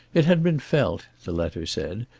it had been felt, the letter said,